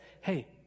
hey